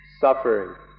suffering